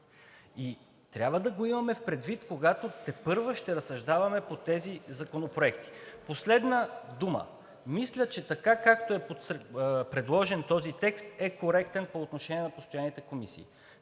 И трябва да го имаме предвид, когато тепърва ще разсъждаваме по тези законопроекти. Последна дума. Мисля, че така, както е предложен този текст, е коректен по отношение на постоянните комисии.